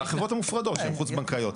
החברות המופרדות שהן חוץ בנקאיות.